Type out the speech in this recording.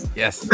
yes